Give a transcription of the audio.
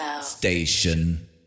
station